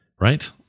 right